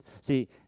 See